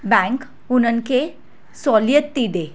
bank उन्हनि खे सहूलियत थी ॾे